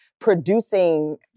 producing